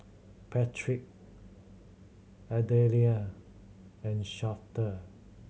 Patrick Adelaide and Shafter